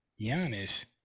Giannis